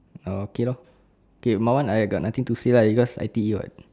oh okay lor okay mine one I got nothing to say lah because I_T_E [what]